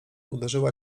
uderzyła